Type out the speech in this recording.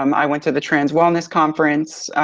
um i went to the trans wellness conference,